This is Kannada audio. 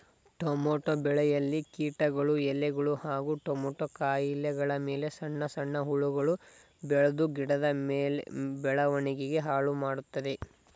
ಟಮೋಟ ಬೆಳೆಯಲ್ಲಿ ಕೀಟಗಳು ಎಲೆಗಳು ಹಾಗೂ ಟಮೋಟ ಕಾಯಿಗಳಮೇಲೆ ಸಣ್ಣ ಸಣ್ಣ ಹುಳಗಳು ಬೆಳ್ದು ಗಿಡದ ಬೆಳವಣಿಗೆ ಹಾಳುಮಾಡ್ತದೆ